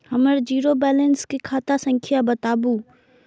हमर zero balance के खाता संख्या बतबु?